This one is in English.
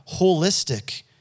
holistic